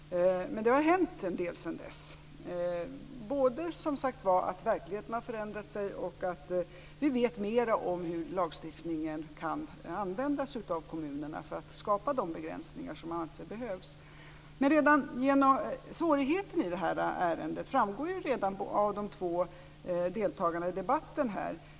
Men det har hänt en hel del sedan dess. Verkligheten har förändrats, och vi vet mer hur lagstiftningen kan användas av kommunerna för att skapa de begränsningar som behövs. Svårigheten i ärendet framgår redan av de två deltagarna i debatten.